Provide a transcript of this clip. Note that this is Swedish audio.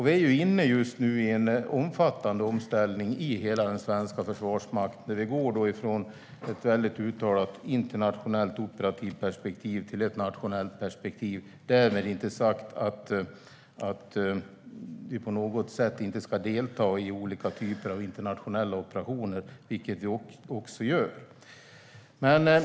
Vi är just nu inne i en omfattande omställning i hela den svenska försvarsmakten där vi går från ett väldigt uttalat internationellt operativt perspektiv till ett nationellt perspektiv. Därmed är det inte sagt att vi på något sätt inte ska delta i olika typer av internationella operationer, vilket vi också gör.